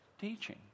teaching